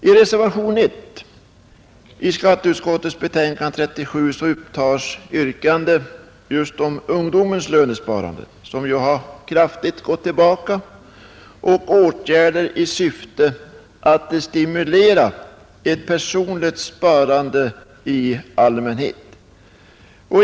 I reservationen 1 som är fogad vid skatteutskottets betänkande nr 37 upptas yrkande om ungdomens lönsparande — som kraftigt gått tillbaka — och åtgärder i syfte att stimulera ett personligt sparande i allmänhet.